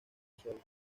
suelo